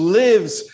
lives